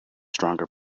stronger